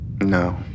No